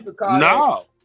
No